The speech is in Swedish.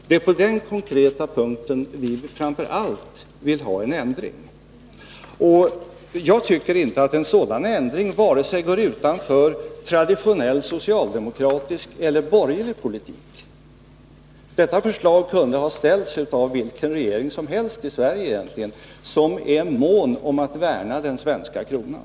Det är framför allt på den konkreta punkten vi vill ha en ändring. Jag tycker inte att en sådan ändring går utanför vare sig traditionell socialdemokratisk eller borgerlig politik. Detta förslag kunde ha ställts av vilken regering som helst i Sverige, som är mån om att värna den svenska kronan.